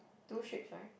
two strips right